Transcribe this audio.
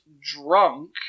drunk